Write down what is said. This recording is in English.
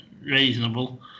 reasonable